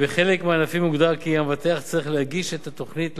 בחלק מהענפים הוגדר כי המבטח צריך להגיש את התוכנית לממונה,